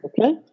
okay